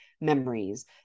memories